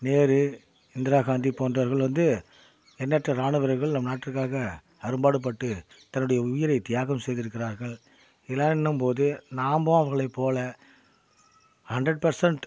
நேரு இந்திராகாந்தி போன்றவர்கள் வந்து எண்ணற்ற ராணுவர்கள் நம் நாட்டுக்காக அரும்பாடு பட்டு தன்னுடைய உயிரை தியாகம் செய்திருக்கிறார்கள் இதெல்லாம் எண்ணும் போது நாம்மும் அவங்களை போல ஹண்ட்ரட் பர்சண்ட்